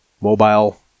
mobile